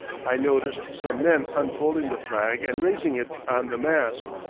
i noticed some men unfolding the flag and raising it on the mast.